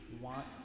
want